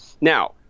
Now